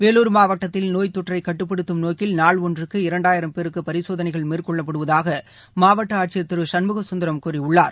வேலூர் மாவட்டத்தில் நோய் தொற்றை கட்டுப்படுத்தும் நோக்கில் நாள் ஒன்றுக்கு இரண்டாயிரம் பேருக்கு பரிசோதனைகள் மேற்கொள்ளப்படுவதாக மாவட்ட ஆட்சியர் திரு சண்முக சுந்தரம் கூறியுள்ளார்